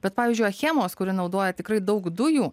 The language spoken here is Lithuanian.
bet pavyzdžiui achemos kuri naudoja tikrai daug dujų